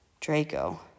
Draco